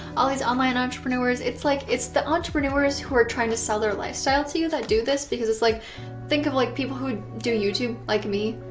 all these online entrepreneurs it's like it's the entrepreneurs who are trying to sell their lifestyle to you that do this because it's like think of like people who do youtube like me.